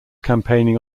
campaigning